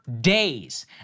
days